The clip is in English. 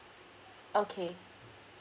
okay